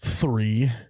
three